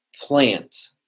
plant